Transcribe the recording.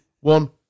one